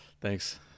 Thanks